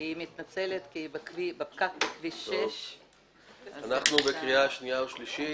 היא מתנצלת כי היא בפקק בכביש 6. אנחנו בקריאה שנייה ושלישית.